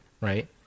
Right